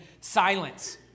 silence